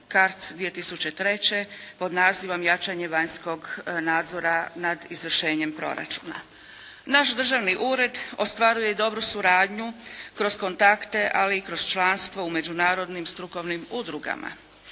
CARDS 2003. pod nazivom "Jačanje vanjskog nadzora nad izvršenjem proračuna. Naš državni ured ostvaruje i dobru suradnju kroz kontakte ali i kroz članstvo u međunarodnim strukovnim udrugama.